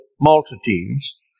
multitudes